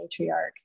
Matriarch